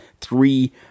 three